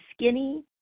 skinny